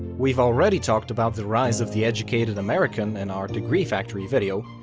we've already talked about the rise of the educated american in our degree factory video,